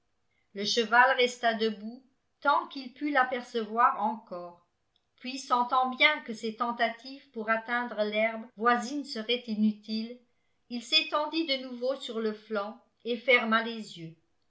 le cheval resta debout tant qu'il put l'apercevoir encore puis sentant bien que ses tentatives pour atteindre l'herbe voisine seraient inutiles il s'étendit de nouveau sur le flanc et ferma les yeux